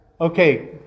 Okay